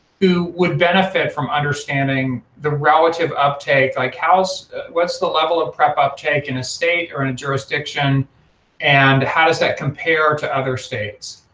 who would benefit from understanding the relative uptake, like what's the level of prep uptake in a state or in a jurisdiction and how does that compare to other states?